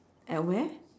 at where